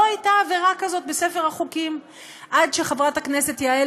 לא הייתה עבירה כזאת בספר החוקים עד שחברת הכנסת יעל